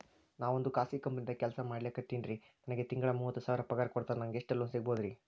ನಾವೊಂದು ಖಾಸಗಿ ಕಂಪನಿದಾಗ ಕೆಲ್ಸ ಮಾಡ್ಲಿಕತ್ತಿನ್ರಿ, ನನಗೆ ತಿಂಗಳ ಮೂವತ್ತು ಸಾವಿರ ಪಗಾರ್ ಕೊಡ್ತಾರ, ನಂಗ್ ಎಷ್ಟು ಲೋನ್ ಸಿಗಬೋದ ರಿ?